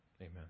amen